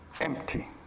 Empty